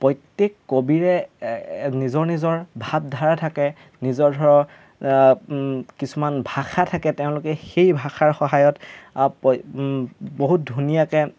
প্ৰত্যেক কবিৰে নিজৰ নিজৰ ভাৱধাৰা থাকে নিজৰ ধৰ কিছুমান ভাষা থাকে তেওঁলোকে সেই ভাষাৰ সহায়ত অ প বহুত ধুনীয়াকৈ